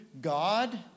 God